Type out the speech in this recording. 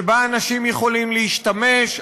שבה אנשים יכולים להשתמש,